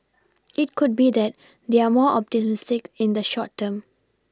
it could be that they're more optimistic in the short term